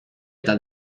eta